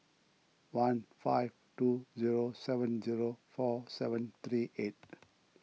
one five two zero seven zero four seven three eight